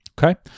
Okay